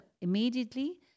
immediately